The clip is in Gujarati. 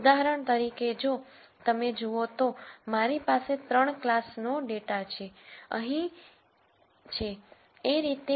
ઉદાહરણ તરીકે જો તમે જુઓ તો મારી પાસે 3 ક્લાસ નો ડેટા છે અહીંયા છે એ રીતે